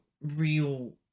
real